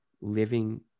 living